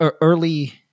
early